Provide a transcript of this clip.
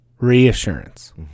Reassurance